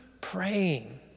praying